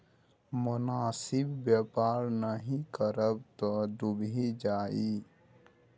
मोनासिब बेपार नहि करब तँ डुबि जाएब